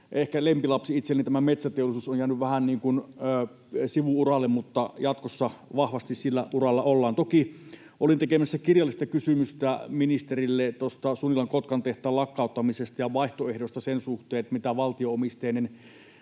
tämä lempilapsi itselleni, metsäteollisuus, on ehkä jäänyt vähän niin kuin sivu-uralle, mutta jatkossa vahvasti sillä uralla ollaan. Toki olin tekemässä kirjallista kysymystä ministerille Kotkan Sunilan-tehtaan lakkauttamisesta ja vaihtoehdoista sen suhteen — kun Stora Enso on valtio-omisteinen